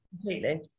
Completely